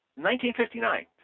1959